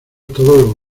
todos